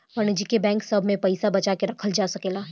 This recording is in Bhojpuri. वाणिज्यिक बैंक सभ में पइसा बचा के रखल जा सकेला